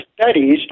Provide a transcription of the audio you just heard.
studies